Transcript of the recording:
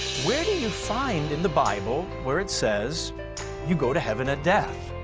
where do you find in the bible where it says you go to heaven at death?